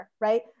right